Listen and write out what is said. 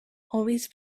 always